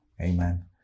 Amen